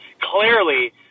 Clearly